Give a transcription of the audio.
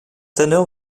tanneur